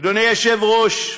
אדוני היושב-ראש,